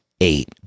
eight